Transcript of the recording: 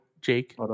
Jake